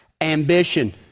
ambition